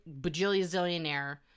bajillionaire